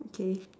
okay